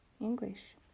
English